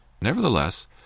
Nevertheless